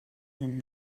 sind